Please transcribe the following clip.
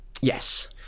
yes